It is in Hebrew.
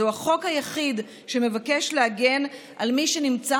זהו החוק היחיד שמבקש להגן על מי שנמצא